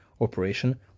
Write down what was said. Operation